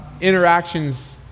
interactions